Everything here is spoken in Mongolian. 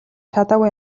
чадаагүй